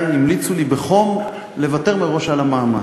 המליצו לי בחום לוותר מראש על המאמץ.